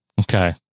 Okay